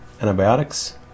antibiotics